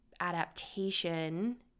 adaptation